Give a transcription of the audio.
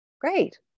great